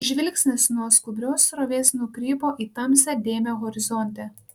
žvilgsnis nuo skubrios srovės nukrypo į tamsią dėmę horizonte